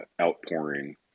outpouring